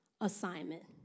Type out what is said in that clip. assignment